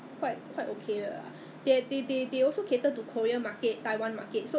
it's more like a cafe it's not I don't think it's high class as a restaurant but it's more like a cafe ya